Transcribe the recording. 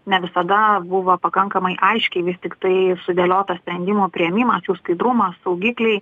ne visada buvo pakankamai aiškiai vis tiktai sudėliotas sprendimų priėmimas jų skaidrumas saugikliai